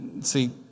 See